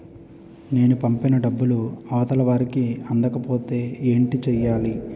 నేను పంపిన డబ్బులు అవతల వారికి అందకపోతే ఏంటి చెయ్యాలి?